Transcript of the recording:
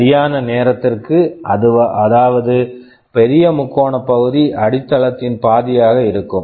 சரியான நேரத்திற்கு அதாவது பெரிய முக்கோணப் பகுதி அடித்தளத்தின் பாதியாக இருக்கும்